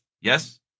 yes